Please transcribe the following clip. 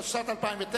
התשס"ט 2009,